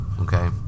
Okay